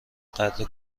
قدر